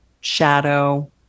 shadow